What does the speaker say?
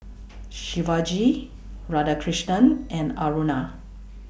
Shivaji Radhakrishnan and Aruna